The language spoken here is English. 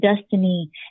destiny